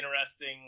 interesting